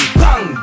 bang